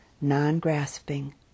non-grasping